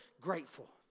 grateful